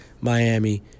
Miami